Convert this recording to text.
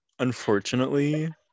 Unfortunately